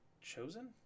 chosen